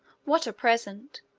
what a present!